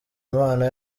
imana